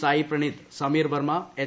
Sai Praneeth Sameer Varma H